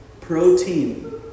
protein